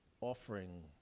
offering